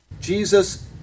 Jesus